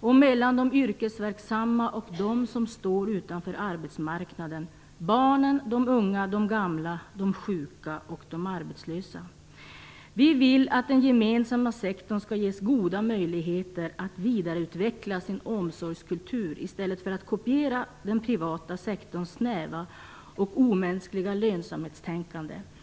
och mellan de yrkesverksamma och dem som står utanför arbetsmarknaden: barnen, de unga, de gamla, de sjuka och de arbetslösa. Vi vill att den gemensamma sektorn skall ges goda möjligheter att vidareutveckla sin omsorgskultur i stället för att kopiera den privata sektorns snäva och omänskliga lönsamhetstänkande.